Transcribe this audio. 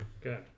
good